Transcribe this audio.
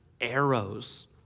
arrows